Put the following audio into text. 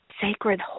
sacred